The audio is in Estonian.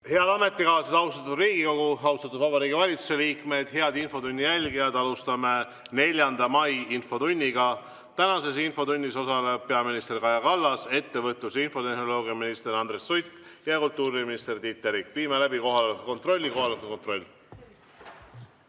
Head ametikaaslased! Austatud Riigikogu! Austatud Vabariigi Valitsuse liikmed! Head infotunni jälgijad! Alustame 4. mai infotundi. Tänases infotunnis osalevad peaminister Kaja Kallas, ettevõtlus‑ ja infotehnoloogiaminister Andres Sutt ja kultuuriminister Tiit Terik. Viime läbi kohaloleku kontrolli. Kohaloleku kontroll.